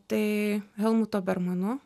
tai helmuto bermano